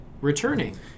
returning